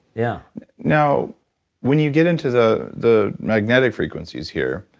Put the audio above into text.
yeah now when you get into the the magnetic frequencies here,